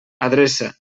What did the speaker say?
adreça